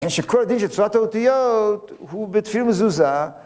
העניין שכל הדין של צורת האותיות הוא בתפילין ומזוזה